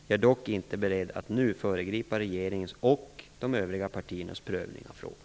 Jag är dock inte beredd att nu föregripa regeringens - och de övriga partiernas - prövning av frågan.